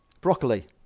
Broccoli